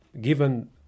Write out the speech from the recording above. given